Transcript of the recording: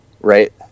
right